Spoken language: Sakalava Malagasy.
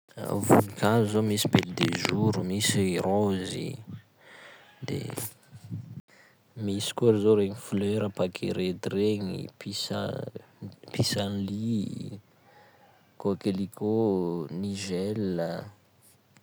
Voninkazo zao: misy belle de jour, misy raozy, de misy koa zao regny fleur paquerette regny, pisa pissenlit i, coquelicot ô, nigelle a.